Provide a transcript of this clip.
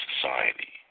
society